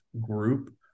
group